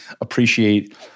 appreciate